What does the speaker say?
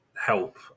help